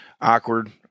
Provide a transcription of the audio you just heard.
awkward